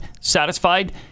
satisfied